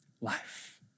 life